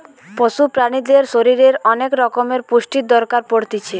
পশু প্রাণীদের শরীরের অনেক রকমের পুষ্টির দরকার পড়তিছে